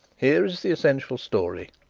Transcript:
here is the essential story.